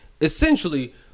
Essentially